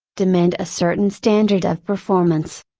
demand a certain standard of performance.